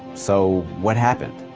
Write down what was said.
so what happened?